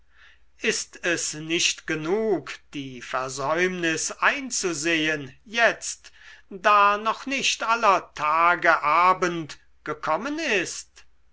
ist es nicht genug die versäumnis einzusehen jetzt da noch nicht aller tage abend gekommen ist